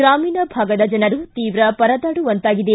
ಗ್ರಾಮೀಣ ಭಾಗದ ಜನರು ತೀವ್ರ ಪರದಾಡುವಂತಾಗಿದೆ